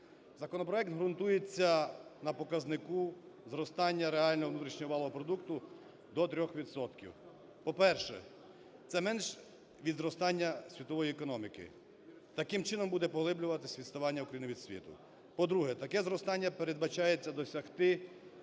Законопроект ґрунтується на показнику зростання реального внутрішнього валового продукту до 3 відсотків. По-перше, це менше від зростання світової економіки, таким чином буде поглиблюватися відставання України від світу. По-друге, таке зростання передбачається досягти